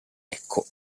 ecco